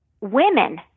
women